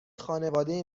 خانواده